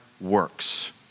works